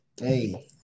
Hey